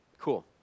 cool